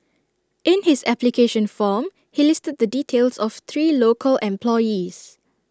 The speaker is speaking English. in his application form he listed the details of three local employees